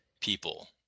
people